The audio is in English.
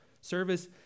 Service